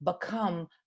become